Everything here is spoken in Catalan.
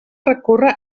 recórrer